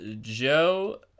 Joe